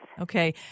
Okay